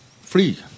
free